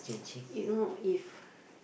you know if